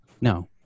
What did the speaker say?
No